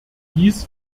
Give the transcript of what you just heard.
dies